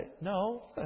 no